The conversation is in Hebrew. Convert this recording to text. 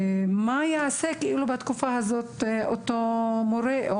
מה יעשה בתקופה הזאת אותו מוֹרֶה או